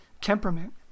temperament